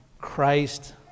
Christ